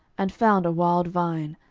and found a wild vine,